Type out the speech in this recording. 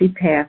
path